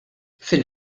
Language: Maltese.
fil